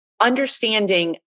understanding